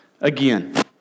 again